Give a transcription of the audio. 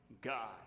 God